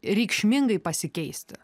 reikšmingai pasikeisti